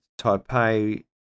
Taipei